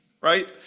right